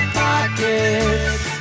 pockets